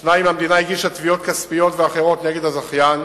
2. המדינה הגישה תביעות כספיות ואחרות נגד הזכיין